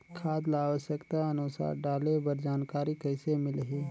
खाद ल आवश्यकता अनुसार डाले बर जानकारी कइसे मिलही?